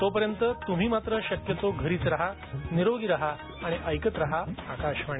तो पर्यंत त्म्ही मात्र शक्यतो घरीच रहा निरोगी रहा आणि ऐकत रहा आकाशवाणी